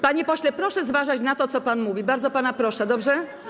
Panie pośle, proszę zważać na to, co pan mówi, bardzo pana proszę, dobrze?